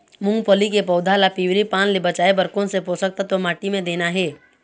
मुंगफली के पौधा ला पिवरी पान ले बचाए बर कोन से पोषक तत्व माटी म देना हे?